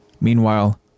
Meanwhile